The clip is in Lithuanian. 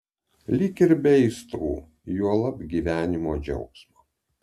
lyg ir be aistrų juolab gyvenimo džiaugsmo